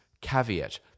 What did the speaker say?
Caveat